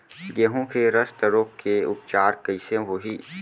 गेहूँ के रस्ट रोग के उपचार कइसे होही?